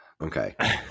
Okay